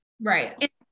Right